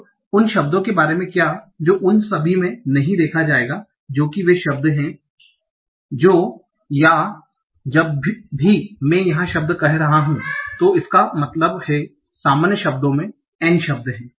अब उन शब्दों के बारे में क्या जो उन सभी में नहीं देखा जाएगा जो कि वे शब्द हैं जो या जब भी मैं यहां शब्द कह रहा हूं तो इसका मतलब है सामान्य शब्दों में N शब्द हैं